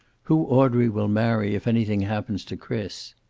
who audrey will marry if anything happens to chris?